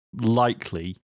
likely